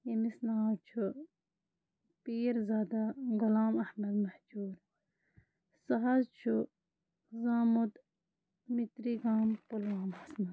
یٔمِس ناو چھُ پیٖرزادہ غۄلام احمد مہجوٗر سُہ حظ چھُ زامُت مِتری گام پُلوامہ ہَس منٛز